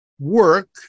work